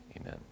Amen